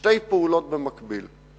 שתי פעולות במקביל.